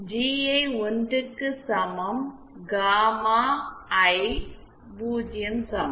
GI 1 க்கு சமம் gamma I 0 சமம்